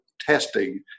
testing